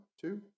two